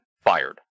fired